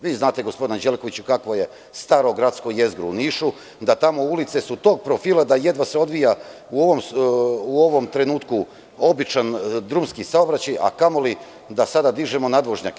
Vi znate, gospodine Anđelkoviću kakvo je staro gradskog jezgro u Nišu, da su tamo ulice tog profila da se jedva odvija u ovom trenutku običan drumski saobraćaj, a kamo li da sada dižemo nadvožnjake.